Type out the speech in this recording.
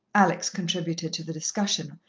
alex contributed to the discussion,